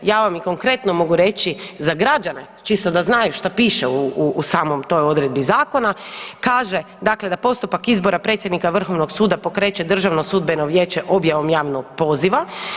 Ja ih vam konkretno mogu reći za građane čisto da znaju što piše u samoj toj odredbi zakona, kaže dakle: „da postupak izbora predsjednika Vrhovnog suda pokreće Državno sudbeno vijeće objavom javnog poziva.